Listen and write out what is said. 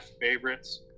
favorites